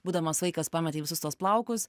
būdamas vaikas pametei visus tuos plaukus